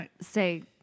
Say